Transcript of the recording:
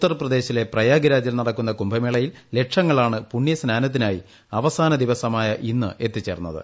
ഉത്തർപ്രദേശിലെ പ്രയാഗ് രാജിൽ നൂടിക്കുന്ന കുംഭമേളയിൽ ലക്ഷങ്ങളാണ് പുണ്യ സ്നാനത്തിനൂയി അവസാന ദിവസമായി ഇന്ന് എത്തിച്ചേർന്നത്